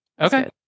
Okay